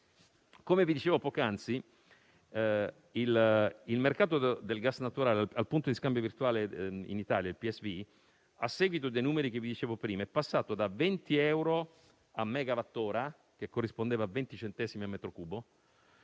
Come dicevo poc'anzi, il mercato del gas naturale al punto di scambio virtuale (PSV) in Italia, a seguito dei numeri di cui vi parlavo prima, è passato da 20 euro al megawattora, che corrispondeva a 20 centesimi al metro cubo,